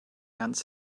ganz